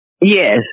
yes